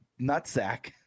nutsack